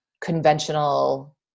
conventional